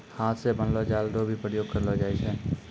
हाथ से बनलो जाल रो भी प्रयोग करलो जाय छै